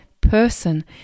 person